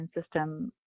system